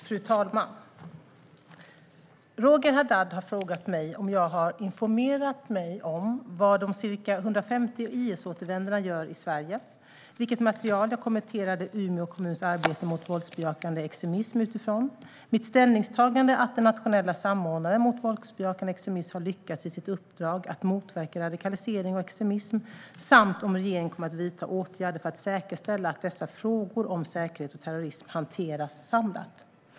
Fru talman! Roger Haddad har frågat mig om jag har informerat mig om vad de cirka 150 IS-återvändarna gör i Sverige, vilket material jag kommenterade Umeå kommuns arbete mot våldsbejakande extremism utifrån, om mitt ställningstagande att den nationella samordnaren mot våldsbejakande extremism har lyckats i sitt uppdrag att motverka radikalisering och extremism samt om regeringen kommer att vidta åtgärder för att säkerställa att dessa frågor om säkerhet och terrorism hanteras samlat.